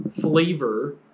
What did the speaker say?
flavor